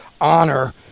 honor